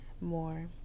more